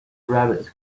rabbit